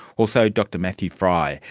also dr matthew frei,